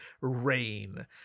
rain